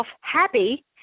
happy